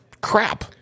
crap